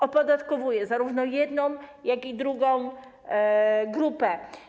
Opodatkowuje zarówno jedną, jak i drugą grupę.